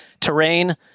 terrain